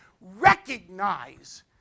recognize